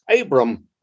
Abram